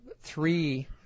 three